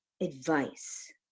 advice